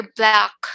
black